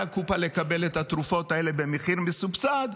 הקופה לקבל את התרופות האלה במחיר מסובסד,